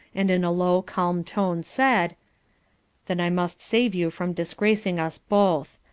and in a low, calm tone said then i must save you from disgracing us both.